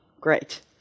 great